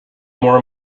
more